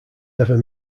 ever